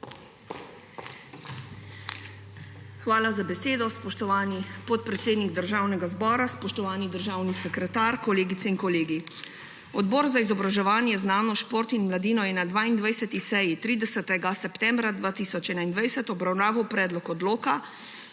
Hvala za besedo. Spoštovani podpredsednik Državnega zbora, spoštovani državni sekretar, kolegice in kolegi! Odbor za izobraževanje, znanost, šport in mladino je na 22. seji 30. septembra 2021 obravnaval Predlog odloka